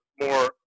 more